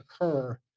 occur